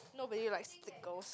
nobody likes thick girls